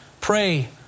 Pray